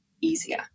easier